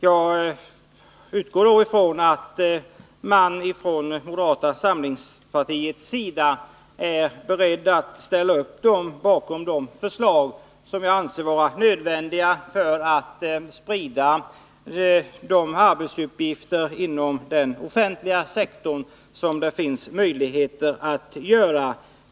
Jag utgår från att man från moderata samlingspartiets sida är beredd att ställa upp bakom de förslag jag anser vara nödvändiga för att sprida de arbetsuppgifter inom den offentliga sektorn som är möjliga att sprida.